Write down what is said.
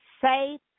safe